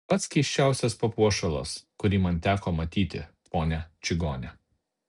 pats keisčiausias papuošalas kurį man teko matyti ponia čigone